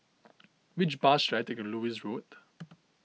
which bus should I take to Lewis Road